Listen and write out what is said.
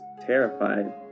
terrified